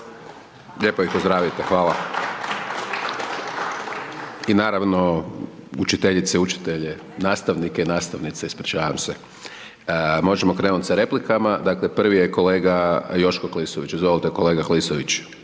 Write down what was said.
lijepo ih pozdravite. Hvala. …/Pljesak./… I naravno, učiteljice, učitelje, nastavnike i nastavnice, ispričavam se. Možemo krenuti sa replikama. Dakle, prvi je kolega Joško Klisović, izvolite kolega Klisović.